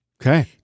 Okay